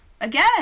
again